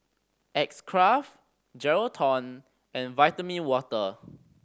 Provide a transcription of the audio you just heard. X Craft Geraldton and Vitamin Water